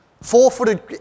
Four-footed